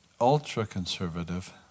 ultra-conservative